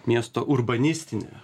miesto urbanistinė